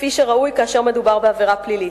כפי שראוי כאשר מדובר בעבירה פלילית.